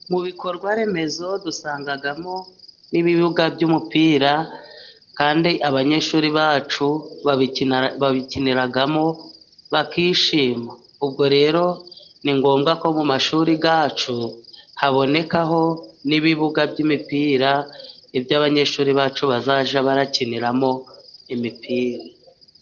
Mu bikorwaremezo dusangamo n'ibibuga by'umupira kandi abanyeshuri bacu babikiniramo bakishima. Ubwo rero ni ngombwa ko mu mashuri yacu haboneka n'ibibuga by'imipira ibyo abanyeshuri bacu bazajya barakiniramo imipira.